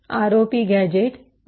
pdf ROP gazette httpsgithub